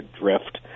drift